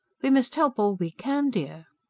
we must help all we can, dear.